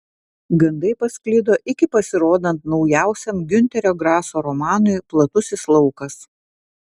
gandai pasklido iki pasirodant naujausiam giunterio graso romanui platusis laukas